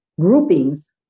groupings